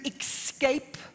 escape